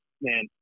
man